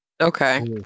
Okay